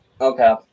Okay